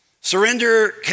Surrender